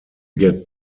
get